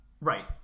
right